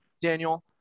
Daniel